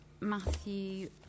Matthew